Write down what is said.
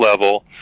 level